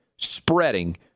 spreading